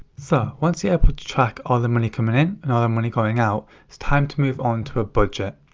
so, once you're able to track all the money coming in and all the money going out, it's time to move on to a budget.